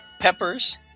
peppers